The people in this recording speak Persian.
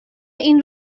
این